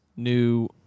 New